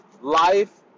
Life